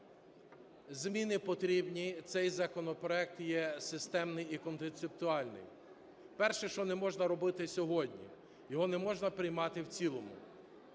Зміни потрібні, цей законопроект є системний і концептуальний. Перше, що не можна робити сьогодні: його не можна приймати в цілому.